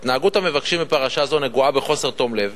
"התנהגות המבקשים בפרשה זו נגועה בחוסר תום לב.